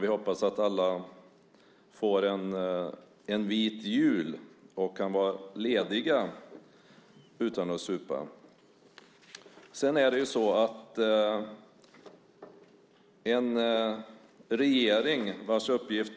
Vi hoppas att alla får en vit jul och kan vara lediga utan att supa. Sedan måste en regering, vars uppgift